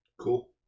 Cool